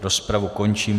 Rozpravu končím.